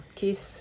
kiss